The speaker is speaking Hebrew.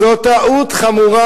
זאת טעות חמורה.